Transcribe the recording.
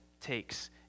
takes